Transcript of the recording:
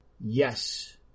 Yes